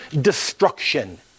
destruction